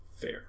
Fair